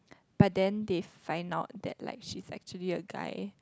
but then they find out that like he actually a guy